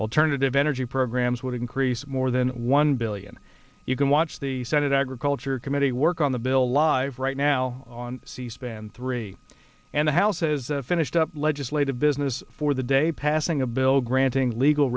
alternative energy programs would increase more than one billion you can watch the senate agriculture committee work on the bill live right now on c span three and the house says finished up legislative business for the day passing a bill granting legal